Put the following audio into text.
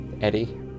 Eddie